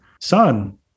son